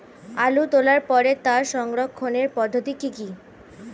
আলু তোলার পরে তার সংরক্ষণের পদ্ধতি কি কি?